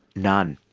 none,